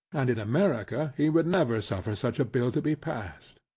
and in america he would never suffer such a bill to be passed.